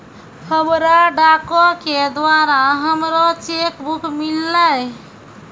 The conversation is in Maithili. हमरा डाको के द्वारा हमरो चेक बुक मिललै